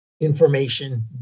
information